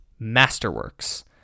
Masterworks